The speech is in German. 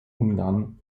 ungarn